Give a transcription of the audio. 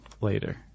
later